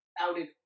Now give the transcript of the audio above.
outed